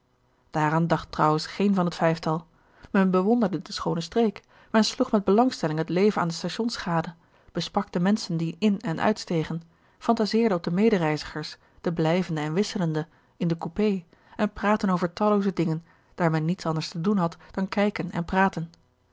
daaraan dacht trouwens geen van het vijftal men bewonderde de schoone streek men sloeg met belangstelling het leven aan de stations gade besprak de menschen die in en uitstegen fantaseerde op de medereizigers de blijvende en wisselende in de coupé en praatte over tallooze dingen daar men niets anders te doen had dan kijken en praten